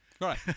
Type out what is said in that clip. Right